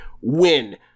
win